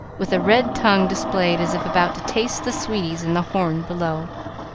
with a red tongue displayed as if about to taste the sweeties in the horn below.